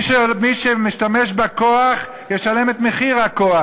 מי שמשתמש בכוח ישלם את מחיר הכוח.